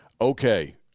Okay